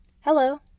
Hello